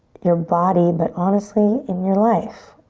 your body but honestly, in your life.